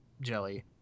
jelly